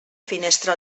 finestra